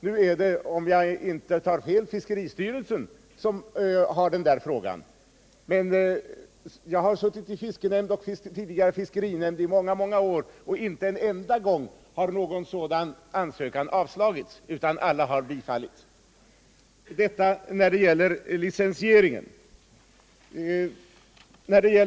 Nu är det, om jag inte tar fel, fiskeristyrelsen som avgör sådana frågor. Jag har suttit i fiskenämnd och tidigare fiskerinämnd i åtskilliga år och inte en enda gång har en sådan ansökan avslagits utan alla har bifallits. Detta om licensieringen.